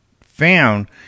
found